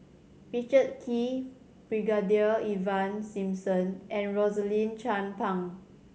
Richard Kee Brigadier Ivan Simson and Rosaline Chan Pang